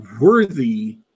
worthy